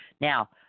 Now